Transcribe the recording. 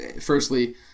firstly